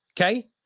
Okay